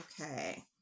okay